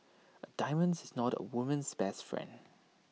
A diamonds is not A woman's best friend